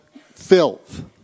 filth